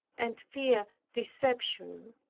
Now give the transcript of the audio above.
and fear deception.